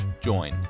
join